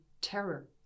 terror